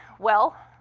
well,